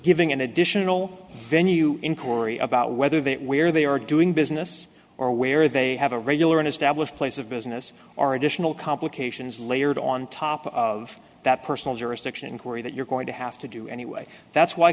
giving an additional venue inquiry about whether they where they are doing business or where they have a regular and established place of business or additional complications layered on top of that personal jurisdiction inquiry that you're going to have to do anyway that's why